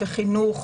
חינוך,